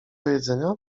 jedzenia